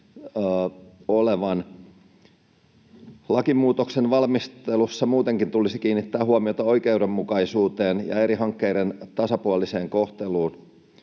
olevan. Lakimuutoksen valmistelussa muutenkin tulisi kiinnittää huomiota oikeudenmukaisuuteen ja eri hankkeiden tasapuoliseen kohteluun.